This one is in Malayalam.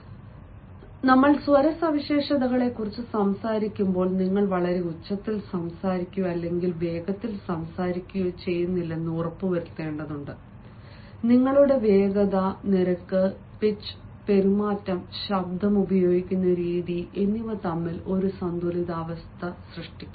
ഞങ്ങൾ സ്വര സവിശേഷതകളെക്കുറിച്ച് സംസാരിക്കുമ്പോൾ നിങ്ങൾ വളരെ ഉച്ചത്തിൽ സംസാരിക്കുകയോ അല്ലെങ്കിൽ വേഗത്തിൽ സംസാരിക്കുകയോ ചെയ്യുന്നില്ലെന്ന് ഉറപ്പുവരുത്തേണ്ടതുണ്ട് നിങ്ങളുടെ വേഗത നിരക്ക് പിച്ച് പെരുമാറ്റം ശബ്ദം ഉപയോഗിക്കുന്ന രീതി എന്നിവ തമ്മിൽ ഒരു സന്തുലിതാവസ്ഥ സൃഷ്ടിക്കുന്നു